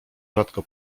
rzadko